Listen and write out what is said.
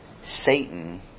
Satan